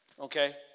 okay